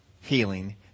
healing